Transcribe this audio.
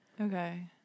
okay